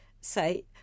say